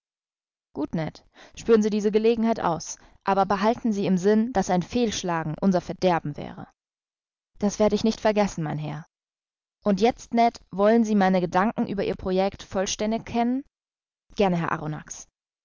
gut ned spüren sie diese gelegenheit aus aber behalten sie im sinn daß ein fehlschlagen unser verderben wäre das werd ich nicht vergessen mein herr und jetzt ned wollen sie meine gedanken über ihr project vollständig kennen gerne herr